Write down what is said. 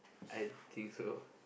I think so